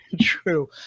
True